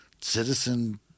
citizen